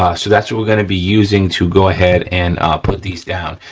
ah so that's what we're gonna be using to go ahead and put these down.